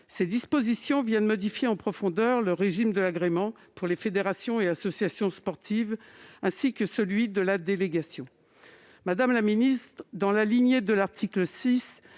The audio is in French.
ses dispositions modifient en profondeur le régime de l'agrément pour les fédérations et associations sportives, ainsi que celui de la délégation. Madame la ministre, dans la lignée de l'article 6,